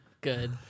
good